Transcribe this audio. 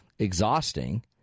exhausting